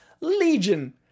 Legion